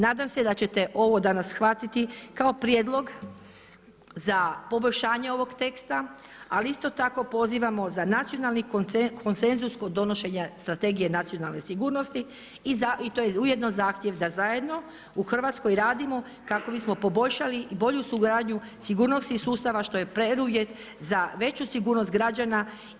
Nadam se da ćete ovo danas shvatiti kao prijedlog za poboljšanje ovog teksta, ali isto tako pozivamo za nacionalni konsenzus kod donošenja Strategije nacionalne sigurnosti i to je ujedno zahtjev da zajedno u Hrvatskoj radimo kako bismo poboljšali i bolju suradnju sigurnosnih sustava što je preduvjet za veću sigurnost građana.